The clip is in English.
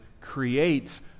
creates